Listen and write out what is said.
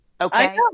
Okay